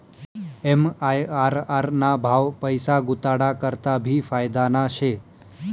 MIRR ना भाव पैसा गुताडा करता भी फायदाना शे